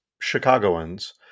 Chicagoans